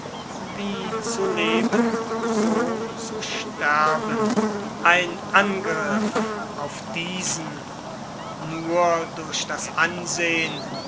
wie zu leben so zu sterben ein angriff auf diesen nur durch das ansehen